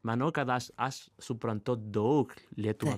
manau kad aš aš suprantu daug lietuvių